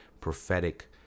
prophetic